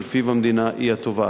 שלפיו המדינה היא התובעת.